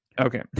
Okay